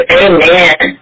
amen